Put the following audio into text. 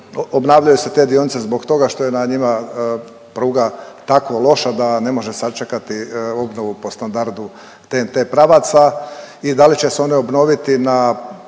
obnavljaju se te dionice zbog toga što je na njima pruga tako loša da ne može sačekati obnovu po standardu TNT pravaca i da li će se one obnoviti na